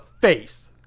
face